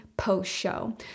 post-show